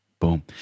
boom